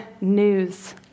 news